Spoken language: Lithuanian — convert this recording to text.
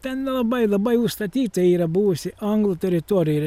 ten labai labai užstatyta yra buvusi anglų teritorija ir